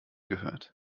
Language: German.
gehört